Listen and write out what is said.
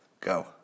Go